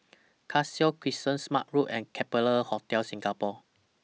Cassia Crescent Smart Road and Capella Hotel Singapore